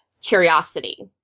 curiosity